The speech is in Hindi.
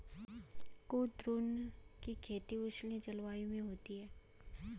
कुद्रुन की खेती उष्ण जलवायु में होती है